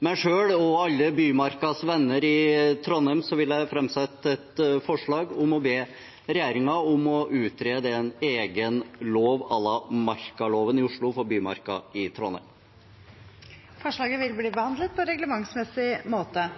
Miljøpartiet De Grønne, og meg selv – og alle Bymarkas venner i Trondheim – vil jeg framsette et forslag om å be regjeringen utrede en egen bymarklov for Bymarka i Trondheim à la markaloven i Oslo. Forslaget vil bli behandlet på reglementsmessig måte.